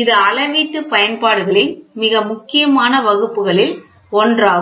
இது அளவீட்டு பயன்பாடுகளின் மிக முக்கியமான வகுப்புகளில் ஒன்றாகும்